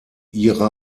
ihre